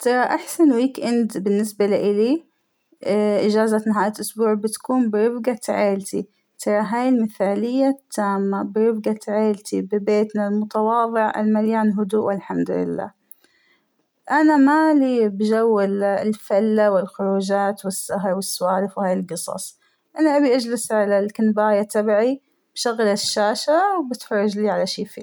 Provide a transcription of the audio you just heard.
ترى أحسن ويك اند بالنسبة لإلى اا- إجازة نهاية الإسبوع بتكون برفقة عيلتى ، ترى هى المثالية التامة ، برفقة عيلتى ببيتنا المتواضع المليان هدوء والحمد لله ، أنا مالى بجو الفلة والخروجات والسهر و السوالف وهاى القصص، أنا أبى أجلس على الكنباية تبعى وأشغل الشاشة وأتفرجلى على شى فيلم.